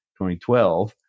2012